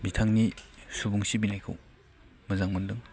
बिथांनि सुबुं सिबिनायखौ मोजां मोनदों